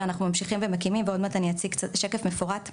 אנחנו ממשיכים ומקימים ועוד מעט אציג שקף מפורט.